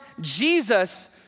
Jesus